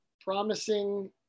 promising